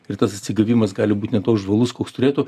ir tas atsigavimas gali būt ne toks žvalus koks turėtų